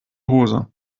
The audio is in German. hose